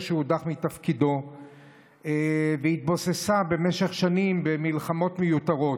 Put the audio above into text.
שהודח מתפקידו והתבוססה במשך שנים במלחמות מיותרות.